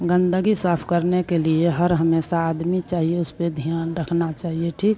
गंदगी साफ करने के लिए हर हमेशा आदमी चाहिए उसपे ध्यान रखना चाहिए ठीक